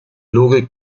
logik